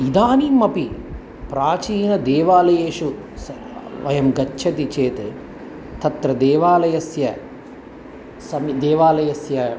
इदानीमपि प्राचीनदेवालयेषु सः वयं गच्छामः चेत् तत्र देवालयस्य समिपे देवालयस्य